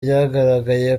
byagaragaye